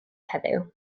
heddiw